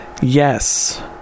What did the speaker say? yes